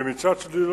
ומצד שני,